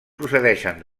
procedeixen